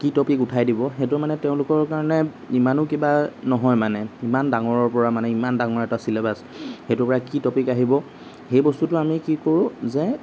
কি টপিক উঠাই দিব সেইটো মানে তেওঁলোকৰ কাৰণে ইমানো কিবা নহয় মানে ইমান ডাঙৰ পৰা মানে ইমান ডাঙৰ এটা ছিলেবাছ সেইটোৰ পৰা কি টপিক আহিব সেই বস্তুটো আমি কি কৰোঁ যে